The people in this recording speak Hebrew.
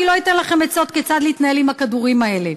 אני לא אתן לכם עצות כיצד להתנהל עם הכדורים האלה.